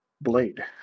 Blade